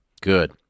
good